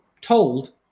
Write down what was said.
told